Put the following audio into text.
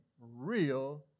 real